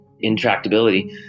intractability